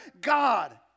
God